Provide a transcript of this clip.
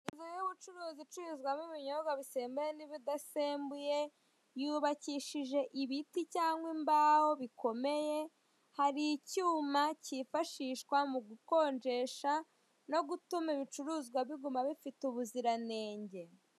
Inzu y'ubucuruzi icururizwamo ibinyobwa bisembuye n'ibidasembuye, yubakishije ibiti cyangwa imbaho bikomeye, hari icyuma kifashishwa mugukonjesha no gutuma ibicuruzwa biguma bifite ubuziranenge.